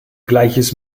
gleiches